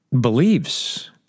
believes